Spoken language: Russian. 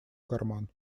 карман